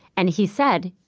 and he said,